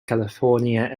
california